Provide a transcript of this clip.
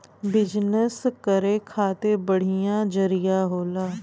business करे खातिर बढ़िया जरिया होला